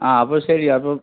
ആ അപ്പോൾ ശരി അപ്പോൾ